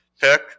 pick